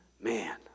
Man